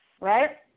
right